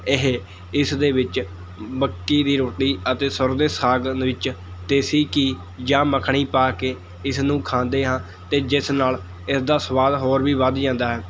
ਇਹ ਇਸ ਦੇ ਵਿੱਚ ਮੱਕੀ ਦੀ ਰੋਟੀ ਅਤੇ ਸਰ੍ਹੋਂ ਦੇ ਸਾਗ ਨ ਵਿੱਚ ਦੇਸੀ ਘੀ ਜਾਂ ਮੱਖਣੀ ਪਾ ਕੇ ਇਸ ਨੂੰ ਖਾਂਦੇ ਹਾਂ ਅਤੇ ਜਿਸ ਨਾਲ ਇਸ ਦਾ ਸਵਾਦ ਹੋਰ ਵੀ ਵੱਧ ਜਾਂਦਾ ਹੈੈ